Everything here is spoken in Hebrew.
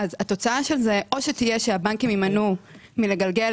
התוצאה של זה תהיה שהבנקים יימנעו מלגלגל